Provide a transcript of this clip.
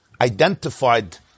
identified